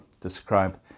describe